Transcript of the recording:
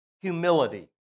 humility